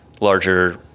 larger